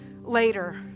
later